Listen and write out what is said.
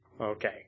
Okay